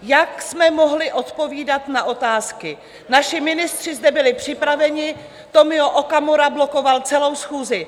Jak jsme mohli odpovídat na otázky, naši ministři zde byli připraveni, Tomio Okamura blokoval celou schůzi.